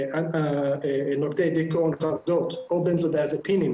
נוגדי דכאון וחרדות או בנזודיאזיפינים,